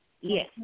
Yes